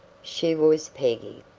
she was peggy.